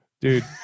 dude